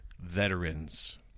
veterans